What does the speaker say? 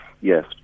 yes